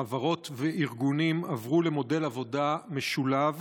חברות וארגונים עברו למודל עבודה משולב